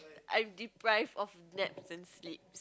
I'm deprived of naps and sleep